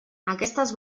aquestes